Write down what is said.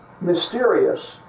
mysterious